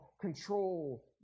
control